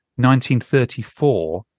1934